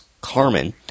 Carmen